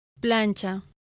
Plancha